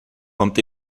kommt